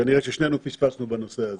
כנראה ששנינו פספסנו בנושא הזה.